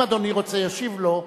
אם אדוני רוצה, ישיב לו.